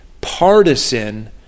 partisan